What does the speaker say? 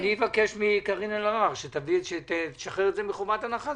אני אבקש מקארין אלהרר שתשחרר את זה מחובת הנחה.